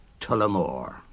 Tullamore